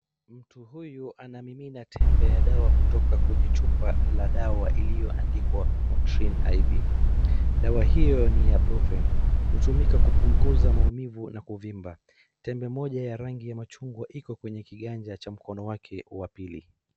Mtu huyu anamimina tembe kutoka kwenye chupa la dawa iliyoandikwa Motrin IB. Dawa hio ni ya bruffen , hutumika kupunguza maumivu na kuvimba. Tembe moja ya rangi ya machungwa iko kwenye kiganja cha mkono wake wa pili.